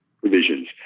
provisions